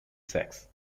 sex